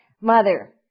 Mother